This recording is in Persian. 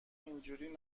اینجوری